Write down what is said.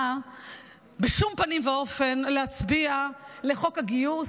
בשום פנים ואופן להצביע לחוק הגיוס.